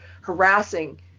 harassing